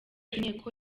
inteko